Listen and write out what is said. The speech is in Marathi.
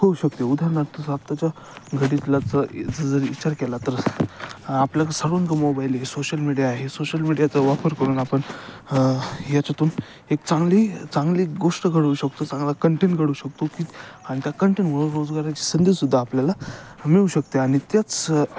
होऊ शकते उदाहरणार्थ आताच्या घडिलाच ही ज जर विचार केला तर आपल्याला सर्वांकडे मोबाईल आहे सोशल मीडिया आहे सोशल मीडियाचा वापर करून आपण ह्याच्यातून एक चांगली चांगली गोष्ट घडवू शकतो चांगला कंटेंट घडवू शकतो की आणि त्या कंटेंटवर रोजगाराची संधीसुद्धा आपल्याला मिळू शकते आणि त्याच